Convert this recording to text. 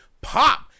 Pop